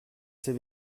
ces